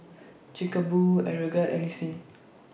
Chic A Boo Aeroguard and Nissin